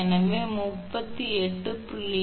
எனவே 38 38